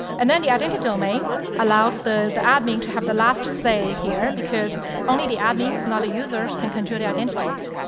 and then the identity domain allows the the admin to have the last say here, because only the admin, not the users, can control the identities.